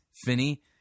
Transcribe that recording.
Finney